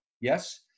Yes